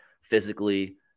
physically